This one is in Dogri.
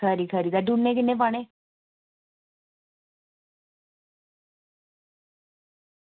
खरी खरी डूनें किन्ने पाने